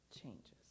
changes